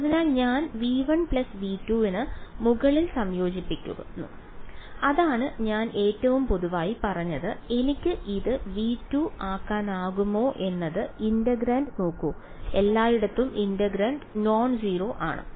അതിനാൽ ഞാൻ V1 V2 ന് മുകളിൽ സംയോജിപ്പിക്കുന്നു അതാണ് ഞാൻ ഏറ്റവും പൊതുവായി പറഞ്ഞത് എനിക്ക് ഇത് V2 ആക്കാനാകുമോ എന്നത് ഇന്റഗ്രാൻഡ് നോക്കൂ എല്ലായിടത്തും ഇൻറഗ്രാൻഡ് നോൺ സീറോ ആണ്